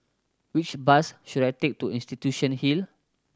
which bus should I take to Institution Hill